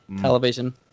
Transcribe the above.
television